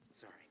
Sorry